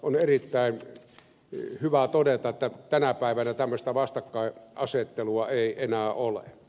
on erittäin hyvä todeta että tänä päivänä tämmöistä vastakkainasettelua ei enää ole